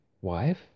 Wife